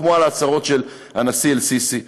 כמו בהצהרות של הנשיא א-סיסי.